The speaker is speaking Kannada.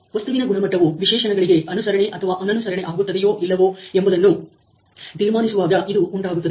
ವಸ್ತುವಿನ ಗುಣಮಟ್ಟವು ವಿಶೇಷಣಗಳಿಗೆ ಅನುಸರಣೆ ಅಥವಾ ಅನನುಸರಣೆ ಆಗುತ್ತದೆಯೋ ಇಲ್ಲವೋ ಎಂಬುದನ್ನು ತೀರ್ಮಾನಿಸುವಾಗ ಇದು ಉಂಟಾಗುತ್ತದೆ